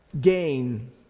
gain